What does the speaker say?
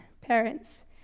parents